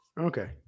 Okay